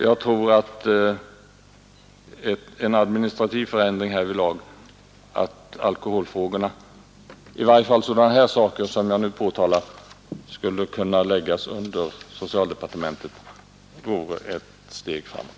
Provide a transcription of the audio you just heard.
Jag tror att en administrativ förändring härvidlag vore bra så att alkoholfrågorna — i varje fall då det gäller sådana saker som dem jag här påtalat — skulle kunna läggas under socialdepartementet. Det vore ett steg framåt.